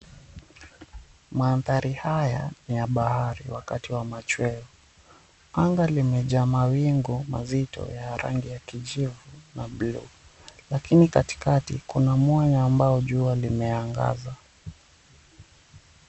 Maandhari haya ni ya bahari wakati wa machweo. Anga limejaa wawingu mazito ya rangi ya kijivu na blue . Lakini katikati, kuna mwanya ambao jua limeangaza.